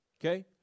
Okay